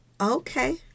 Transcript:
Okay